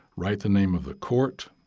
write the name of the court,